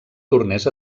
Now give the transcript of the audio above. tornés